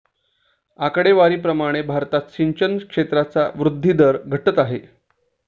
आकडेवारी प्रमाणे भारतात सिंचन क्षेत्राचा वृद्धी दर घटत आहे